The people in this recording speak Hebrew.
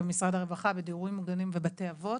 עם משרד הרווחה בדיורים מוגנים ובתי אבות,